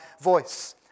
voice